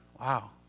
wow